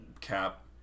cap